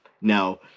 Now